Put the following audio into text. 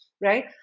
right